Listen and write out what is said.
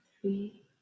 three